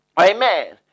Amen